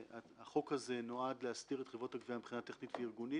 שהחוק הזה נועד להסדיר את חברות הגבייה מבחינה טכנית וארגונית